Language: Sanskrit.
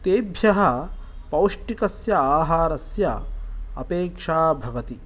तेभ्यः पौष्टिकस्य आहारस्य अपेक्षा भवति